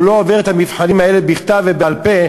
לא עובר את המבחנים האלה בכתב ובעל-פה,